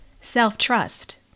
Self-trust